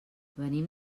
venim